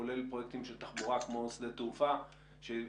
כולל פרויקטים של תחבורה כמו שדה תעופה שהם